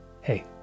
Hey